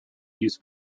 use